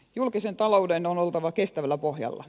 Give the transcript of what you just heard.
julkisen talouden on oltava kestävällä pohjalla